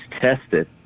tested